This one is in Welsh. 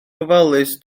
gofalus